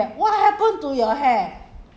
ya all my colleague when we have meeting ah